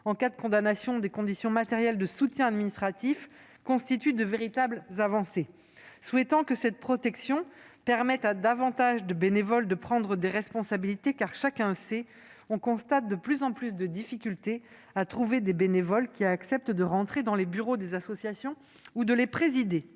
en cas de condamnation, des conditions matérielles de soutien administratif constituent de véritables avancées. Souhaitons que cette protection permette à davantage de bénévoles de prendre des responsabilités, car, chacun le sait, il est de plus en plus difficile de trouver des bénévoles qui acceptent de siéger au bureau des associations ou de les présider.